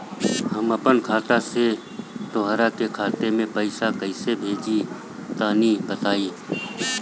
हम आपन खाता से दोसरा के खाता मे पईसा कइसे भेजि तनि बताईं?